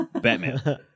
Batman